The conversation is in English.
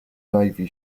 navy